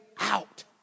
out